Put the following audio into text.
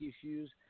issues